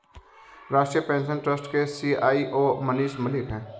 राष्ट्रीय pension trust के CEO Manish Malik है